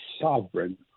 sovereign